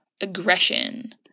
aggression